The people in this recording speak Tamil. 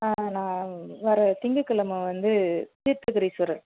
ஆ நான் வர்ற திங்கக்கிழம வந்து தீர்த்தபுரீஸ்வரர்